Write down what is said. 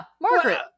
Margaret